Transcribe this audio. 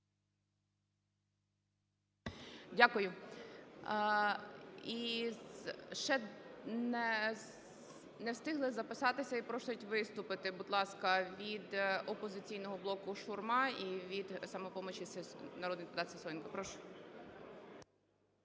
Дякую. І ще не встигли записатися, і просять виступити, будь ласка, від "Опозиційного блоку" Шурма і від "Самопомочі" народний депутат Сисоєнко. Прошу.